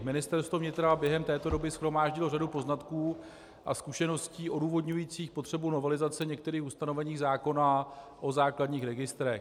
Ministerstvo vnitra během této doby shromáždilo řadu poznatků a zkušeností odůvodňujících potřebu novelizace některých ustanovení zákona o základních registrech.